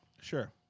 Sure